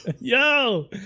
Yo